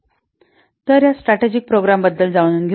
आता या strategic program बद्दल जाणून घेऊ